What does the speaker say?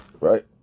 right